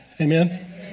Amen